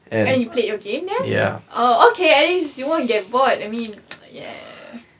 and you played your game there oh okay anyways you won't get bored I mean ya